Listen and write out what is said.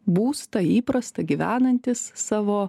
būstą įprastą gyvenantys savo